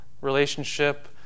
Relationship